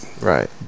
right